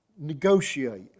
negotiate